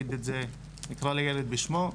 נקרא לילד בשמו,